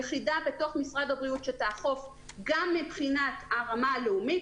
יחידה בתוך משרד הבריאות שתאכוף גם מבחינת הרמה הלאומית,